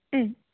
മ്മ്